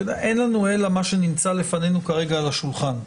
אין לנו אלא מה שנמצא לפנינו כרגע על השולחן.